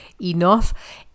enough